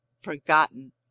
forgotten